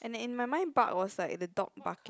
and in my mind bark was like the dog barking